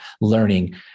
learning